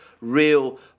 real